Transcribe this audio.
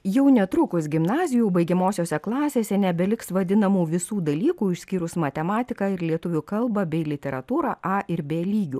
jau netrukus gimnazijų baigiamosiose klasėse nebeliks vadinamų visų dalykų išskyrus matematiką ir lietuvių kalbą bei literatūrą a ir b lygiu